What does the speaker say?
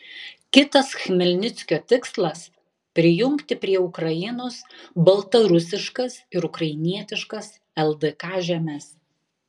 kitas chmelnickio tikslas prijungti prie ukrainos baltarusiškas ir ukrainietiškas ldk žemes